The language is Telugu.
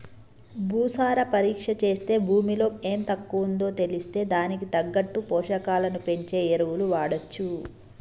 భూసార పరీక్ష చేస్తే భూమిలో ఎం తక్కువుందో తెలిస్తే దానికి తగ్గట్టు పోషకాలను పెంచే ఎరువులు వాడొచ్చు